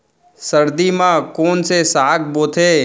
सर्दी मा कोन से साग बोथे?